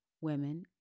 women